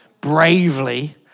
bravely